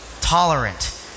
tolerant